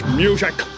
music